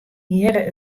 hearre